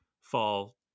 fall